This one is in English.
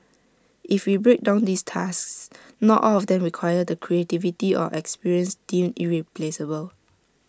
if we break down these tasks not all of them require the creativity or experience deemed irreplaceable